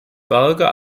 berger